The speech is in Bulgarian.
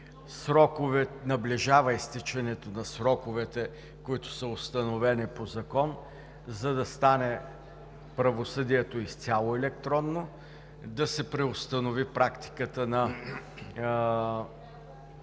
правосъдие. Наближава изтичането на сроковете, които са установени по закон, за да стане правосъдието изцяло електронно, да се преустанови практиката на съхранение